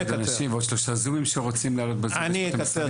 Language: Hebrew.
אז אפשר לראות לפי הנתונים